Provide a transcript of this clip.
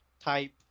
type